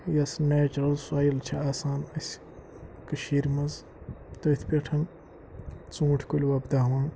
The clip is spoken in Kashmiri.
یۄس نٮ۪چرَل سۄیِل چھِ آسان اَسہِ کٔشیٖرِ منٛز تٔتھۍ پٮ۪ٹھ ژوٗنٛٹھۍ کُلۍ وۄبداوان